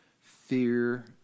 fear